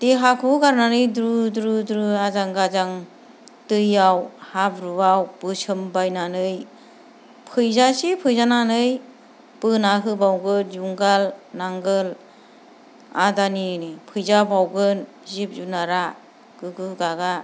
देहाखौ गारनानै द्रु द्रु द्रु आजां गाजां दायाव हाब्रुवाव बोसोमबायनानै फैजासे फैजानानै बोना होबावगोन जुंगाल नांगोल आलानिनि फैजाबावगोन जिब जुनादा गोगो गागा